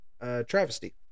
travesty